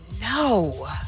No